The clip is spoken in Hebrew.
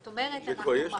זה כבר יש.